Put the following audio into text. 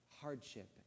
hardship